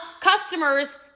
customers